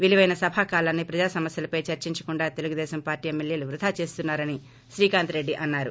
విలుపైన సభా కాలాన్సి ప్రజా సమస్యలపై చర్చించకుండా తెలుగుదేశం పార్టీ ఎమ్మెల్యేలు వృధా చేస్తున్నారని శ్రీకాంత్ రెడ్డి అన్సారు